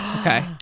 Okay